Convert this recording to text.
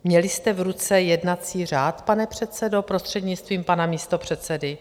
Měli jste v ruce jednací řád, pane předsedo, prostřednictvím pana místopředsedy?